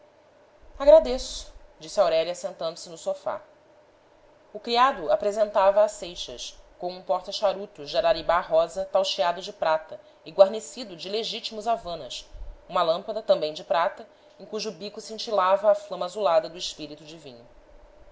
agradeço disse aurélia sentando-se no sofá o criado apresentava a seixas com um porta charutos de araribá rosa tauxiado de prata e guarnecido de legítimos havanas uma lâmpada também de prata em cujo bico cintilava a flama azulada do espírito de vinho